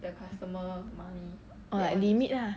or like limit lah